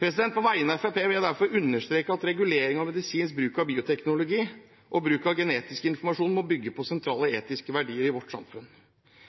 På vegne av Fremskrittspartiet vil jeg derfor understreke at regulering av medisinsk bruk av bioteknologi og bruk av genetisk informasjon må bygge på sentrale etiske verdier i vårt samfunn.